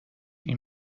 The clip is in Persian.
این